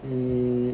mm